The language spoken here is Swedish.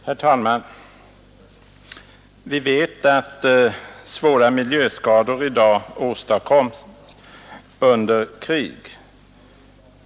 Herr talman! Vi vet att svåra miljöskador i dag åstadkommes under krig.